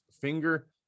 finger